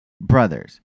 brothers